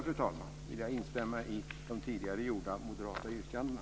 Med detta vill jag instämma i de tidigare gjorda moderata yrkandena.